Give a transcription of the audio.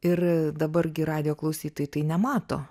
ir dabar gi radijo klausytojai tai nemato